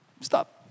Stop